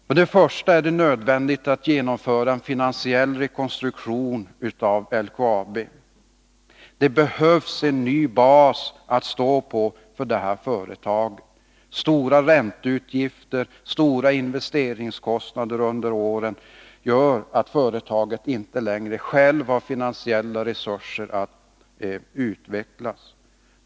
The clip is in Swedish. Först och främst är det nödvändigt att genomföra en finansiell rekonstruktionav LKAB. Detta företag behöver en ny bas att stå på. Stora ränteutgifter och stora investeringskostnader under åren har gjort att företaget självt inte längre har finansiella resurser att utveckla sig.